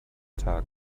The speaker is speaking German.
tag